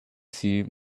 see